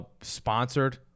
sponsored